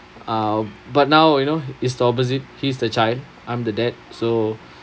uh but now you know it's the opposite he's the child I'm the dad so